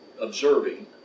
observing